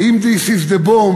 ואם this is the bomb,